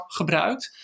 gebruikt